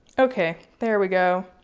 okay. there we go.